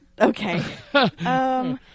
Okay